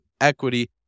equity